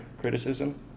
criticism